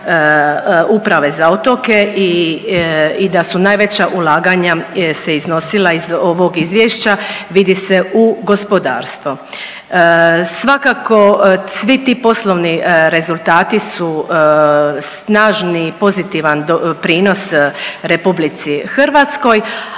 Uprave za otoke i, i da su najveća ulaganja se iznosila iz ovog izvješća vidi se u gospodarstvo. Svakako svi ti poslovni rezultati su snažni i pozitivan prinos RH, a ovdje